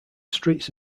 streets